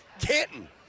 Canton